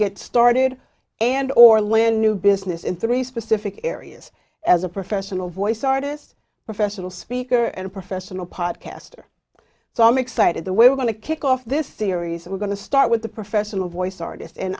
get started and or land new business in three specific areas as a professional voice artist professional speaker and professional pod caster so i'm excited the way we're going to kick off this series we're going to start with the professional voice artist and